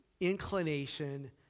inclination